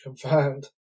confirmed